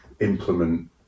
implement